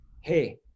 hey